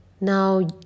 Now